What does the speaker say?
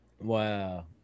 Wow